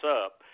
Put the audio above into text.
up